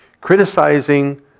criticizing